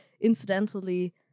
incidentally